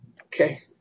Okay